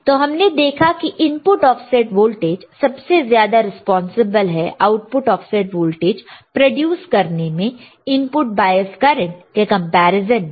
तो हमने देखा की इनपुट ऑफसेट वोल्टेज सबसे ज्यादा रिस्पांसिबल है आउटपुट ऑफसेट वोल्टेज प्रोड्यूस करने में इनपुट बायस करंट के कंपैरिजन में